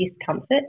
discomfort